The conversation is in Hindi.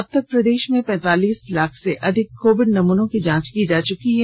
अब तक प्रदेश में पैंतालीस लाख से अधिक कोविड नमूनों की जांच हो चुकी है